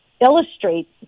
illustrates